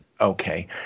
Okay